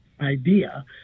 idea